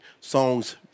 songs